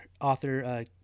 author